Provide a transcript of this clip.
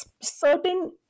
certain